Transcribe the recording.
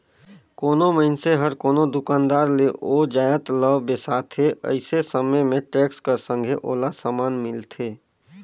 कोनो मइनसे हर कोनो दुकानदार ले ओ जाएत ल बेसाथे अइसे समे में टेक्स कर संघे ओला समान मिलथे